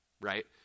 right